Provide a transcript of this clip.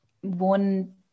one